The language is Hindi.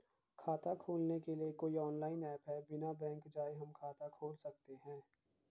खाता खोलने के लिए कोई ऑनलाइन ऐप है बिना बैंक जाये हम खाता खोल सकते हैं?